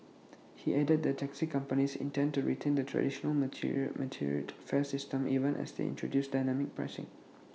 he added that taxi companies intend to retain the traditional metered fare system even as they introduce dynamic pricing